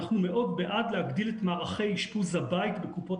אנחנו מאוד בעד להגדיל את מערכי אשפוז הבית בקופות